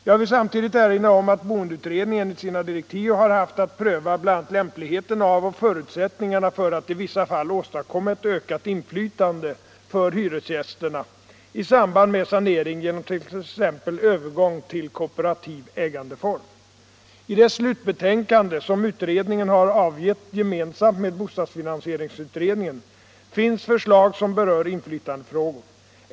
Jag vill samtidigt erinra om att boendeutredningen enligt sina direktiv har haft att pröva bl.a. lämpligheten av och förutsättningarna för att i vissa fall åstadkomma ett ökat inflytande för hyresgästerna i samband med sanering genom t.ex. övergång till kooperativ ägandeform. I det slutbetänkande som utredningen har avgett gemensamt med bostadsfinansieringsutredningen finns förslag som berör inflytandefrågor.